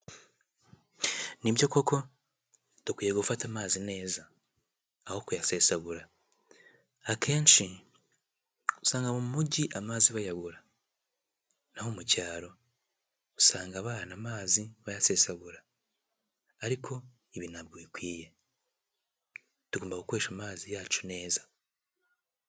Ni byo koko dukwiye gufata amazi neza, aho kuyasesagura, akenshi usanga mu mujyi amazi bayabura, naho mu cyaro usanga abana amazi bayasesagura, ariko ibi ntabwo bikwiye, tugomba gukoresha amazi yacu neza.